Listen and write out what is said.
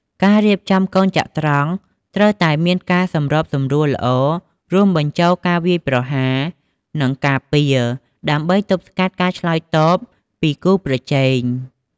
ការរៀបចំកូនចត្រង្គត្រូវតែមានការសម្របសម្រួលល្អ រួមបញ្ចូលការវាយប្រហារ និងការពារ ដើម្បីទប់ស្កាត់ការឆ្លើយតបពីគូប្រជែង។